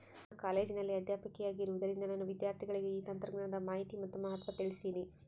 ನಾನು ಕಾಲೇಜಿನಲ್ಲಿ ಅಧ್ಯಾಪಕಿಯಾಗಿರುವುದರಿಂದ ನನ್ನ ವಿದ್ಯಾರ್ಥಿಗಳಿಗೆ ಈ ತಂತ್ರಜ್ಞಾನದ ಮಾಹಿನಿ ಮತ್ತು ಮಹತ್ವ ತಿಳ್ಸೀನಿ